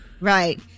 Right